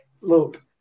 Look